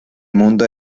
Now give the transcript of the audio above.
mundo